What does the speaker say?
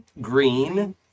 Green